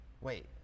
Wait